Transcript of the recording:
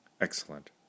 Excellent